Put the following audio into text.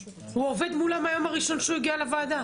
זאת אומרת יכול להיות שחלק מהנתונים האלה יהיו מצטברים,